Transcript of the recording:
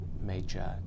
major